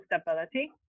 stability